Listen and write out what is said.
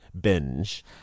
binge